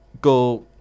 go